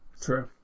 True